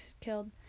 killed